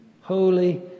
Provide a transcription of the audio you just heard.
holy